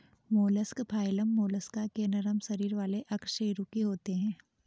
mollusc phylum Mollusca के नरम शरीर वाले अकशेरुकी होते हैं